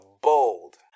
bold